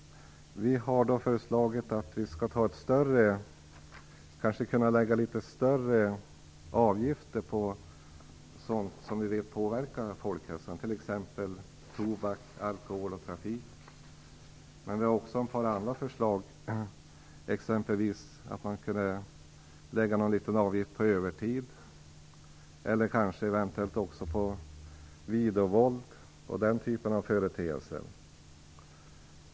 Vi säger att det kanske kunde vara litet högre avgifter på sådant som vi vet påverkar folkhälsan. Jag tänker då på t.ex. tobaken, alkoholen och trafiken. Vi har också ett par förslag om att man exempelvis kunde lägga en liten avgift på övertiden och kanske också på videovåldsfilmer och den typen av företeelser.